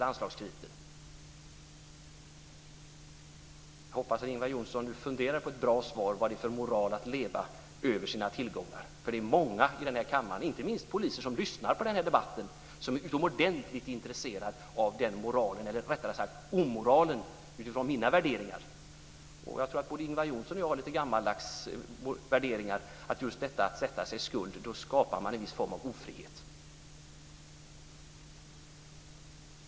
Jag hoppas att Ingvar Johnsson funderar på ett bra svar på frågan vad det är för moral i att leva över sina tillgångar. Det är många i kammaren, inte minst poliser som lyssnar på den här debatten, som är utomordentligt intresserade av den moralen, eller rättare utifrån mina värderingar omoralen. Jag tror att både Ingvar Johnsson och jag har lite gammaldags värderingar. När man sätter sig i skuld skapar man en viss form av ofrihet.